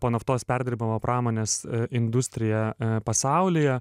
po naftos perdirbimo pramonės industrija pasaulyje